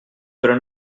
però